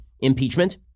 impeachment